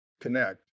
connect